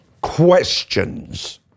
questions